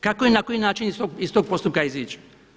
Kako i na koji način iz tog postupka izići?